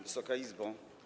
Wysoka Izbo!